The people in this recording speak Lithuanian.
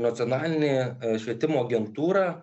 nacionalinė švietimo agentūra